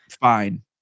Fine